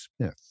Smith